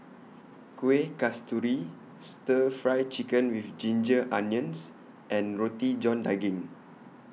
Kueh Kasturi Stir Fry Chicken with Ginger Onions and Roti John Daging